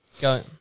Go